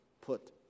put